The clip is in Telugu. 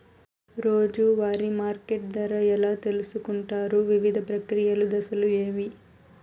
రోజూ వారి మార్కెట్ ధర ఎలా తెలుసుకొంటారు వివిధ ప్రక్రియలు దశలు ఏవి?